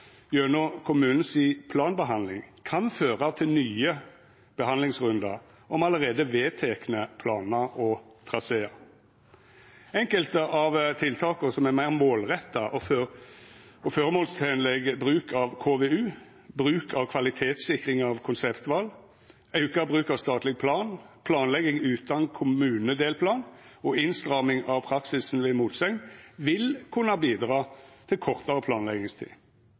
gjennom kommunen si planbehandling, kan føra til nye behandlingsrundar om allereie vedtekne planar og trasear. Enkelte av tiltaka, som meir målretta og føremålstenleg bruk av KVU, bruk av kvalitetssikring av konseptval, auka bruk av statleg plan, planlegging utan kommunedelplan og innstramming av praksisen ved motsegn, vil kunna bidra til kortare planleggingstid.